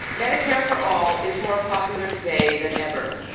medicare for all is more popular today than ever.